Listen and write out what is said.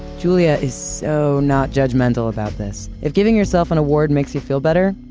julia is so not judgmental about this. if giving yourself an award makes you feel better,